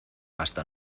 hasta